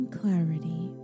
clarity